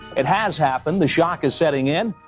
it has happened, the shock is setting in.